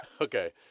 okay